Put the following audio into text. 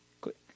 Click